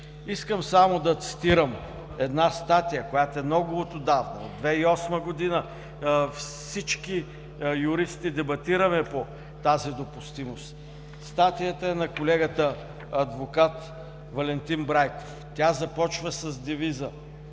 Искам само да цитирам една статия, която е много от отдавна, от 2008 г. Всички юристи дебатираме по тази допустимост. Статията е на колегата адвокат Валентин Брайков. Тя започва с девиза: